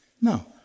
No